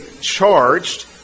charged